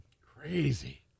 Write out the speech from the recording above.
Crazy